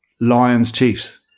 Lions-Chiefs